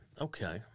Okay